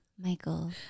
Michael